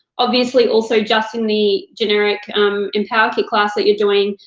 obviously, also, just in the generic empower kit class that you're doing,